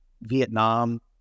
Vietnam